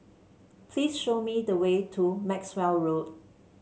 please show me the way to Maxwell Road